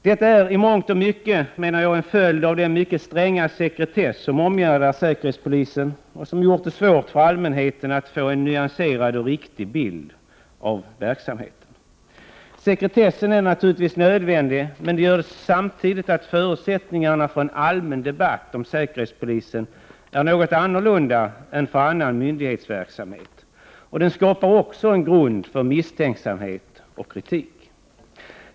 Detta är i mångt och mycket en följd av den mycket stränga sekretess som omgärdar säkerhetspolisen och som gjort det svårt för allmänheten att få en nyanserad och riktig bild av verksamheten. Sekretessen är naturligtvis nödvändig, men den gör samtidigt att förutsättningarna för en allmän debatt om säkerhetspolisen är annorlunda än för annan myndighetsverksamhet, och den skapar också en grund för misstänksamhet och kritik.